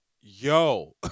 yo